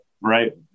Right